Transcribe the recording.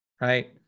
right